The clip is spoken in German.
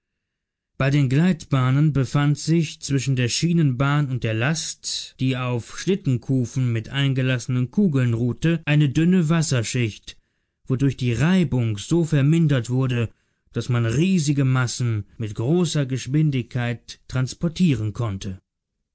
bei den gleitbahnen befand sich zwischen der schienenbahn und der last die auf schlittenkufen mit eingelassenen kugeln ruhte eine dünne wasserschicht wodurch die reibung so vermindert wurde daß man riesige massen mit großer geschwindigkeit transportieren konnte